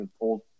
old